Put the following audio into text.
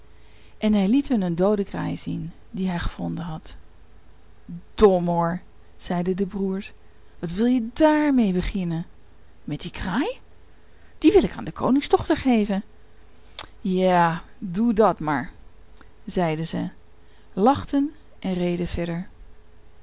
en hij liet hun een doode kraai zien die hij gevonden had domoor zeiden de broers wat wil je daarmee beginnen met de kraai die wil ik aan de koningsdochter geven ja doe dat maar zeiden zij lachten en reden verder